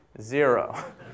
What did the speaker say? Zero